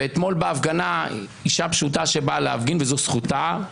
ואתמול בהפגנה אישה פשוטה שבאה להפגין וזו זכותה,